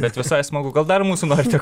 bet visai smagu gal dar mūsų norite